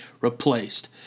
replaced